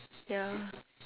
ya